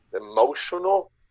emotional